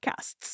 podcasts